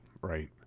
Right